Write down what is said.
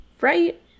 Right